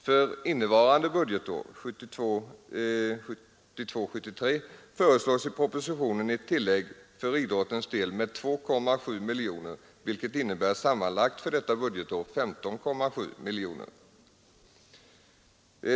För innevarande budgetår föreslås i propositionen ett tillägg för idrottens del med 2,7 miljoner, vilket innebär sammanlagt för detta budgetår 15,7 miljoner.